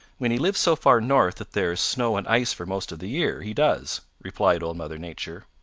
when he lives so far north that there is snow and ice for most of the year, he does, replied old mother nature.